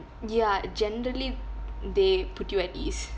ya generally they put you at ease